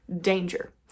danger